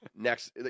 next